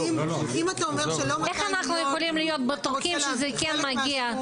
אם אתה אומר שלא --- איך אנחנו יכולים להיות בטוחים שזה כן מגיע,